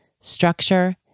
structure